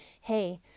hey